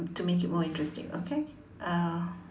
to make it more interesting okay uh